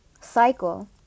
cycle